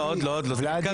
לא, עוד לא, זה מתקרב.